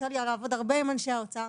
יצא לי לעבוד הרבה עם אנשי האוצר,